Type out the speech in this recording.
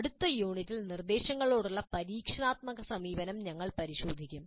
അടുത്ത യൂണിറ്റിൽ നിർദ്ദേശങ്ങളോടുള്ള പരീക്ഷണാത്മക സമീപനം ഞങ്ങൾ പരിശോധിക്കും